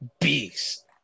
Beast